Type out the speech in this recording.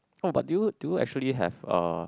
oh but do you do you actually have uh